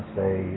say